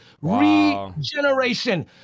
Regeneration